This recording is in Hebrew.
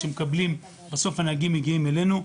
בסוף הנהגים מגיעים אלינו,